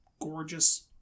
gorgeous